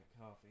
coffee